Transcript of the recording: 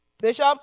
Bishop